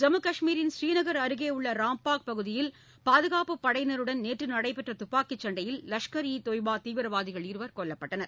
ஜம்மு கஷ்மீரின் ஸ்ரீநகர் அருகே உள்ள ராம்பாக் பகுதியில் பாதுகாப்புப் படையினருடன் நேற்று நடைபெற்ற துப்பாக்கிச் சண்டையில் லஷ்கர் ஈ தொய் தீவிரவாதிகள் இருவர் கொல்லப்பட்டனர்